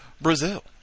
Brazil